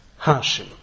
Hashim